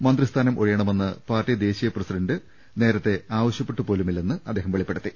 മന്ത്രിസ്ഥാനം ഒഴി യണമെന്ന് പാർട്ടി ദേശീയ പ്രസിഡന്റ് നേരത്തെ ആവശ്യപ്പെട്ടു പോലുമില്ലെന്ന് അദ്ദേഹം വെളിപ്പെടുത്തി